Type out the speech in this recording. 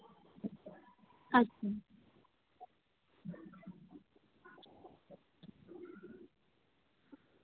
ᱟᱪᱪᱷᱟ